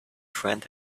friend